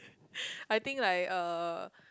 I think like uh